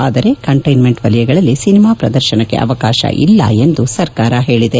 ಆದರೆ ಕಂಟ್ಟಿನ್ಮೆಂಟ್ ವಲಯಗಳಲ್ಲಿ ಸಿನಿಮಾ ಪ್ರದರ್ಶನಕ್ಕೆ ಅವಕಾಶವಿಲ್ಲ ಎಂದು ಸರ್ಕಾರ ಹೇಳಿದೆ